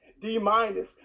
D-minus